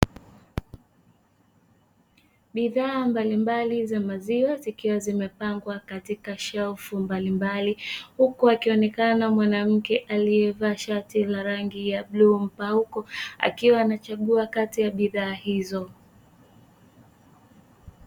Bidhaa mbalimbali za maziwa zikiwa zimepangwa katika shelfu mbalimbali, huku akionekana mwanamke aliyevaa shati la rangi ya bluu mpauko akiwa anachagua kati ya bidhaa hizo.